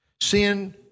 Sin